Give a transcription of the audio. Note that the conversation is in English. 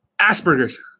Aspergers